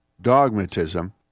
dogmatism